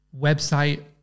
website